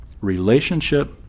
relationship